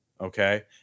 okay